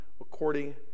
according